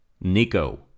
NICO